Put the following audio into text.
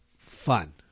fun